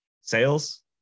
sales